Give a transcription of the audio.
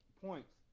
points